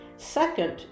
Second